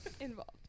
Involved